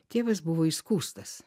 tėvas buvo įskųstas